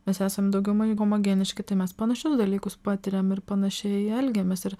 mes esam daugiau ma į gomogeniški tai mes panašius dalykus patiriam ir panašiai elgiamės ir